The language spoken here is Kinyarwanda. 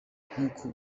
nkuko